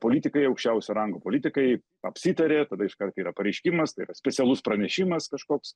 politikai aukščiausio rango politikai apsitarė tada iškart yra pareiškimas tai yra specialus pranešimas kažkoks